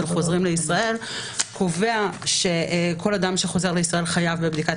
חוזרים לישראל קובע שכל אדם שחוזר לישראל חייב בבדיקת